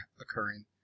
occurring